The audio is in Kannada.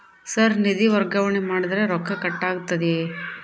ಸರ್ ನಿಧಿ ವರ್ಗಾವಣೆ ಮಾಡಿದರೆ ರೊಕ್ಕ ಕಟ್ ಆಗುತ್ತದೆಯೆ?